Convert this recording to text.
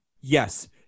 yes